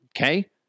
Okay